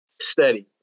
Steady